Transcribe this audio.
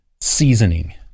seasoning